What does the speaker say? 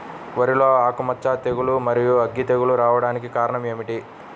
వరిలో ఆకుమచ్చ తెగులు, మరియు అగ్గి తెగులు రావడానికి కారణం ఏమిటి?